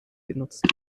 genutzt